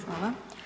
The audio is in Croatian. Hvala.